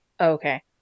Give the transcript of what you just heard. Okay